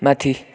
माथि